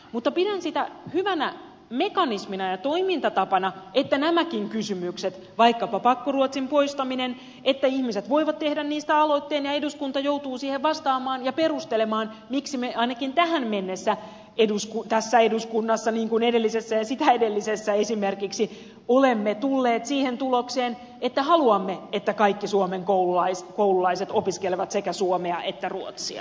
mutta pidän sitä hyvänä mekanismina ja toimintatapana että näistäkin kysymyksistä vaikkapa pakkoruotsin poistamisesta ihmiset voivat tehdä aloitteen ja eduskunta joutuu siihen vastaamaan ja perustelemaan miksi me ainakin tähän mennessä tässä eduskunnassa niin kuin edellisessä ja sitä edellisessä esimerkiksi olemme tulleet siihen tulokseen että haluamme että kaikki suomen koululaiset opiskelevat sekä suomea että ruotsia